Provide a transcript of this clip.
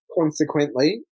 consequently